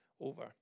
over